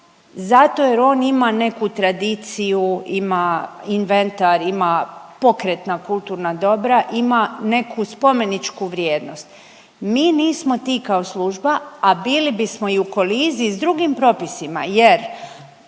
zato jer on ima neku tradiciju, ima inventar, ima pokretna kulturna dobra, ima neku spomeničku vrijednost. Mi nismo ti kao služba, a bili bismo i u koliziji s drugim propisima jer